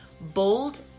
bold